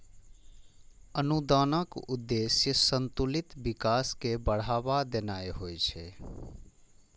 अनुदानक उद्देश्य संतुलित विकास कें बढ़ावा देनाय होइ छै